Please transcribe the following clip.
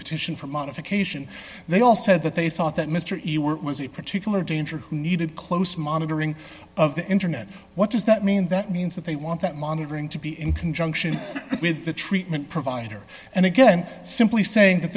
petition for modification they all said that they thought that mr was a particular danger who needed close monitoring of the internet what does that mean that means that they want that monitoring to be in conjunction with the treatment provider and again simply saying that